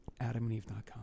adamandeve.com